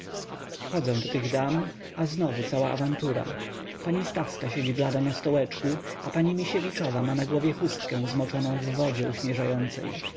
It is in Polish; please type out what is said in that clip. wchodzę do tych dam a znowu cała awantura pani stawska siedzi blada na stołeczku a pani misiewiczowa ma na głowie chustkę zmoczoną w wodzie